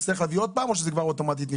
לא השתכנענו עדיין